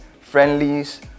friendlies